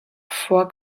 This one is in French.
fois